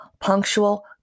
punctual